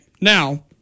Now